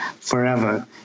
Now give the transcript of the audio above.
forever